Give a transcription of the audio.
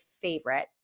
favorite